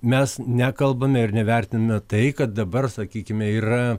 mes nekalbame ir nevertiname tai kad dabar sakykime yra